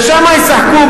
ושם ישחקו,